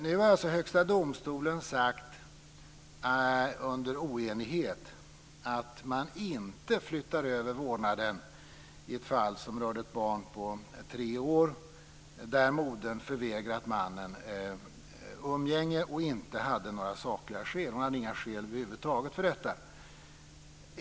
Nu har Högsta domstolen, under oenighet, sagt att man inte flyttar över vårdnaden i ett fall som rör ett barn på tre år. Modern hade förvägrat mannen umgänge utan några sakliga skäl - hon hade inga skäl över huvud taget för detta.